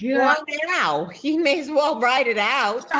you know he may as well write it out.